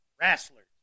wrestlers